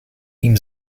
ihm